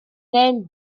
ddim